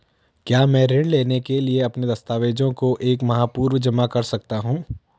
क्या मैं ऋण लेने के लिए अपने दस्तावेज़ों को एक माह पूर्व जमा कर सकता हूँ?